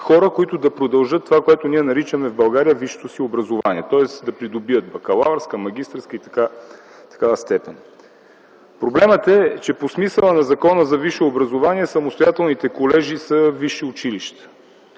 хора, които да продължат това, което ние в България наричаме висшето си образование, тоест да придобият бакалавърска и магистърска степен. Проблемът е, че по смисъла на Закона за висшето образование самостоятелните колежи са висши училища.